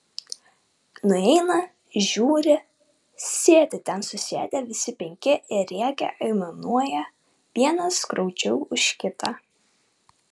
nueina žiūri sėdi ten susėdę visi penki ir rėkia aimanuoja vienas graudžiau už kitą